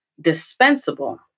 dispensable